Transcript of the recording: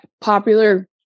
popular